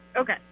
Okay